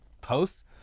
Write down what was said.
posts